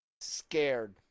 scared